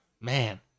man